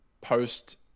post